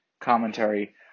commentary